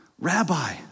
rabbi